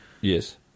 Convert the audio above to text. Yes